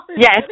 Yes